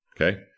okay